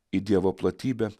į dievo platybę